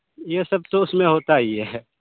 یہ سب تو اس میں ہوتا یہ ہے